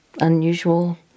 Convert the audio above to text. unusual